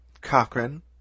Cochrane